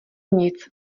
nic